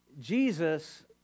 Jesus